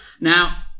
Now